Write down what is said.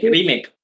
Remake